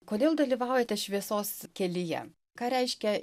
kodėl dalyvaujate šviesos kelyje ką reiškia